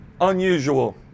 unusual